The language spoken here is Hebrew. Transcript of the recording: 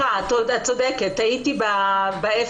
צודקת, טעיתי.